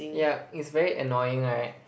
yeah it's very annoying right